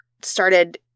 started